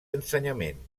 ensenyament